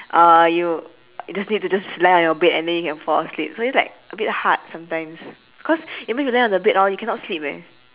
uh you you just need to just lie on your bed and then you can fall asleep so it's like a bit hard sometimes cause even if you lie on the bed hor you cannot sleep eh